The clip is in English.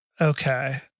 Okay